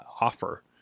offer